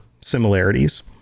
similarities